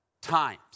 times